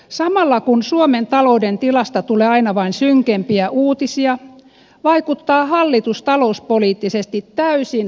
samalla kun suomen talouden tilasta tulee aina vain synkempiä uutisia vaikuttaa hallitus talouspoliittisesti täysin halvaantuneelta